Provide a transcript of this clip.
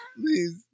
please